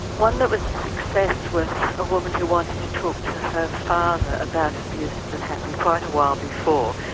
one that was a success was a woman who wanted to talk to her father about abuse that happened quite a while before,